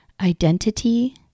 identity